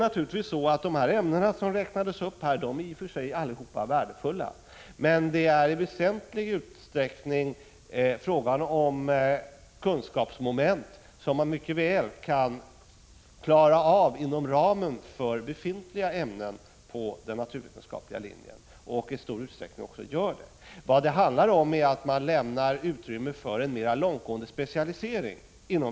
Alla de ämnen som räknades upp är naturligtvis i och för sig värdefulla, men det är i väsentlig utsträckning fråga om kunskapsmoment som mycket väl kan klaras av inom ramen för befintliga ämnen på den naturvetenskapliga linjen. I stor utsträckning sker också detta. Vad det handlar om är att man inom vissa områden lämnar utrymme för en mera långtgående specialisering.